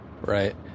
Right